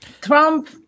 Trump